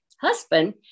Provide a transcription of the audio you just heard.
husband